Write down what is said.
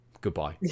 goodbye